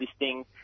listing